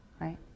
Right